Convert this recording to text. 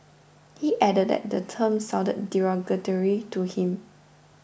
he added that the term sounded derogatory to him